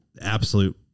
absolute